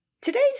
Today's